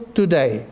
today